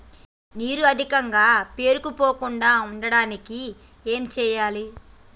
నీరు అధికంగా పేరుకుపోకుండా ఉండటానికి ఏం చేయాలి?